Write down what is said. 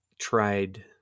tried